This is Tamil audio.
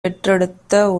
பெற்றெடுத்த